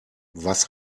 was